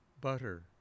Butter